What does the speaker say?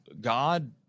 God